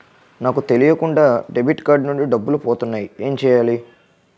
నాకు తెలియకుండా debit card నుంచి డబ్బులు పోతున్నాయి ఎం చెయ్యాలి?